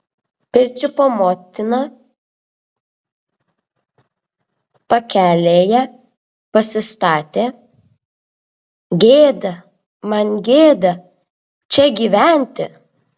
pirčiupio motiną pakelėje pasistatė gėda man gėda čia gyventi